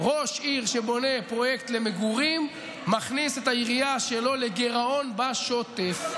ראש עיר שבונה פרויקט למגורים מכניס את העירייה שלו לגירעון בשוטף.